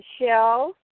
Michelle